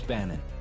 Bannon